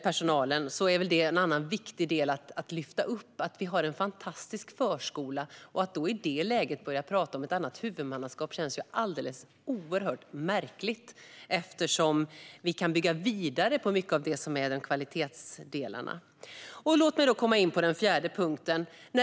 Det är en annan viktig del att lyfta upp - att vi har en fantastisk förskola. Att då börja prata om ett annat huvudmannaskap känns alldeles oerhört märkligt eftersom vi kan bygga vidare på mycket av den kvalitet som finns. Låt mig så komma in på den fjärde punkten.